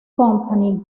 company